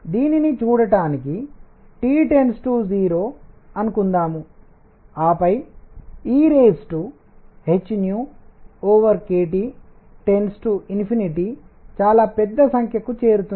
దీన్ని చూడటానికి T 0 అనుకుందాం ఆపై ehkT చాలా పెద్ద సంఖ్యకు చేరుతుంది